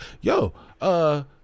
yo